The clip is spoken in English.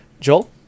Joel